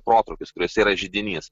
protrūkis kuris yra židinys